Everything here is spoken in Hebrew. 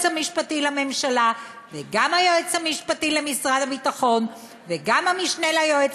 המשפטי לממשלה וגם היועץ המשפטי למשרד הביטחון וגם המשנה ליועץ